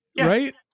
right